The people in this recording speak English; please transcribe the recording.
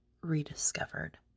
rediscovered